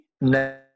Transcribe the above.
No